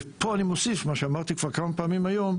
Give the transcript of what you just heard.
פה אני מוסיף את מה שאמרתי כבר כמה פעמים היום,